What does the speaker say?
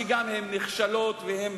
שגם הן נכשלות והן